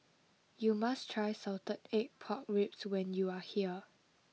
you must try salted egg pork ribs when you are here